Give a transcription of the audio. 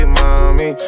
mommy